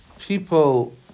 people